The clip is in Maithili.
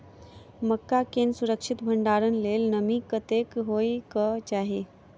मक्का केँ सुरक्षित भण्डारण लेल नमी कतेक होइ कऽ चाहि?